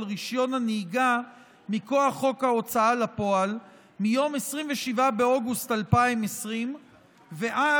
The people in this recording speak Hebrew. רישיון הנהיגה מכוח חוק ההוצאה לפועל מיום 27 באוגוסט 2020 ועד